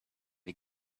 you